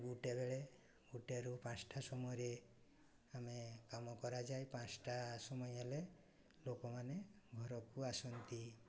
ଗୋଟେ ବେଳେ ଗୋଟେରୁ ପାଞ୍ଚଟା ସମୟରେ ଆମେ କାମ କରାଯାଏ ପାଞ୍ଚଟା ସମୟ ହେଲେ ଲୋକମାନେ ଘରକୁ ଆସନ୍ତି